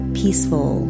peaceful